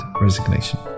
Resignation